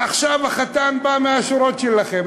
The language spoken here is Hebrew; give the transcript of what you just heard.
ועכשיו החתן בא מהשורות שלכם,